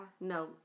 No